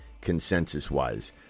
consensus-wise